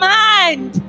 mind